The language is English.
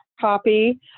copy